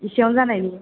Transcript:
इसेयावनो जानायनि